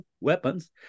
weapons